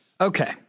Okay